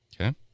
Okay